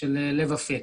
לב אפק.